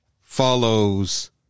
follows